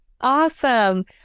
Awesome